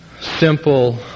simple